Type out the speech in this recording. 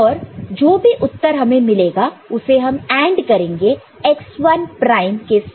और जो भी उत्तर हमें मिलेगा उसे हम AND करेंगे x1 प्राइम के साथ